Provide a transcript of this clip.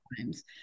times